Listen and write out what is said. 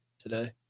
today